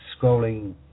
scrolling